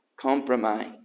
compromise